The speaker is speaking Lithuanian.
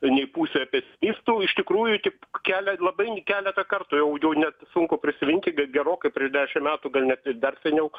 nei pusė pesimistų iš tikrųjų tik kelia labai keletą kartų jau jau net sunku prisiminti gerokai prieš dešim metų gal net ir dar seniau